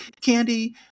Candy